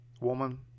woman